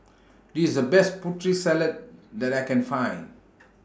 This IS The Best Putri Salad that I Can Find